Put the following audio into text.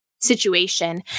situation